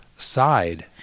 side